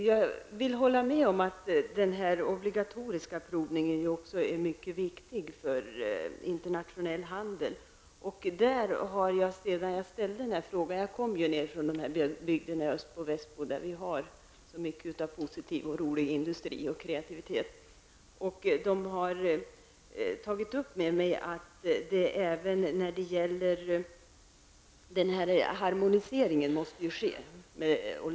Herr talman! Jag håller med om att också den obligatoriska provningen är mycket viktig för internationell handel. Sedan jag ställde frågan har jag varit i bygderna i Östbo--Västbo där det finns så mycket positivt och glädjande inom industrin och en kreativitet. Man har i samtal med mig tagit upp att en harmonisering och lagändring måste ske.